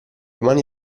mani